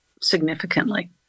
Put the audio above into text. significantly